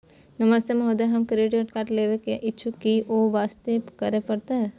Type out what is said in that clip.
नमस्ते महोदय, हम credit card लेबे के इच्छुक छि ओ वास्ते की करै परतै?